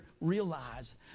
realize